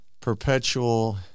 perpetual